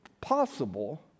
possible